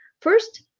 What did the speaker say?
First